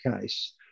case